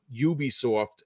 Ubisoft